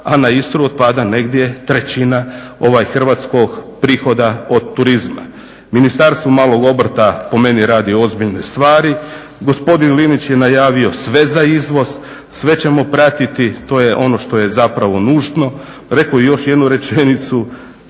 a na Istru otpada negdje trećina ovog Hrvatskog prihoda od turizma. Ministarstvo malog obrta po meni radi ozbiljne stvari. Gospodin Linić je najavio sve za izvoz, sve ćemo pratiti, to je ono što je zapravo nužno, rekao je još jednu rečenicu: